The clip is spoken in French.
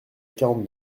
quarante